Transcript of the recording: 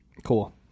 Cool